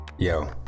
Yo